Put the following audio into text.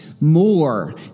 more